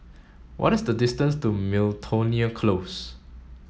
what is the distance to Miltonia Close